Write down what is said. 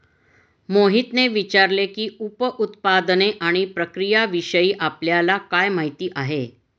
मोहितने विचारले की, उप उत्पादने आणि प्रक्रियाविषयी आपल्याला काय माहिती आहे?